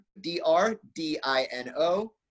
D-R-D-I-N-O